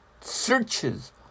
searches